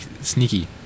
sneaky